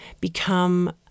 become